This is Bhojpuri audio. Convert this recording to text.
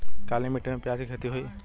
काली माटी में प्याज के खेती होई?